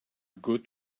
good